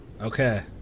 Okay